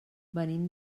venim